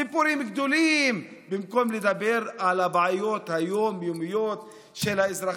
סיפורים גדולים במקום לדבר על הבעיות היום-יומיות של האזרחים.